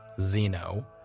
Zeno